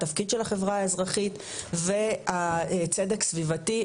תפקיד של החברה האזרחית והצד הסביבתי,